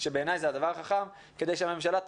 זה הדבר המשמעותי.